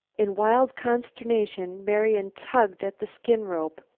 in wild consternation marian tugged at the skin-rope.